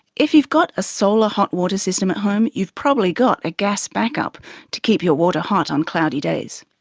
if you've got a solar hot water system at home, you've probably got a gas backup to keep your water hot on cloudy days.